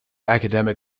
academic